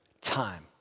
Time